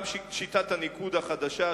גם שיטת הניקוד החדשה,